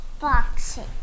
Boxing